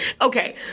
Okay